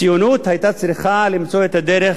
הציונות היתה צריכה למצוא את הדרך